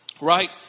Right